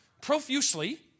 profusely